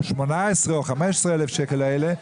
או 18,000 שקל או 15,000 שקל האלה,